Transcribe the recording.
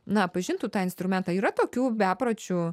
na pažintų tą instrumentą yra tokių bepročių